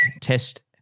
Test